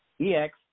E-X